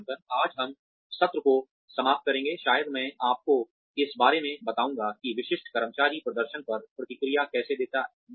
आज हम सत्र को समाप्त करेंगे शायद मैं आपको इस बारे में बताऊंगा कि विशिष्ट कर्मचारी प्रदर्शन पर प्रतिक्रिया कैसे देते हैं